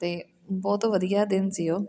ਅਤੇ ਬਹੁਤ ਵਧੀਆ ਦਿਨ ਸੀ ਉਹ